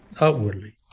outwardly